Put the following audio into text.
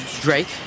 Drake